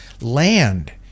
land